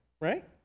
right